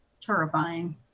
terrifying